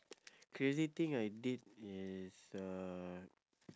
crazy thing I did is uh